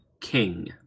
king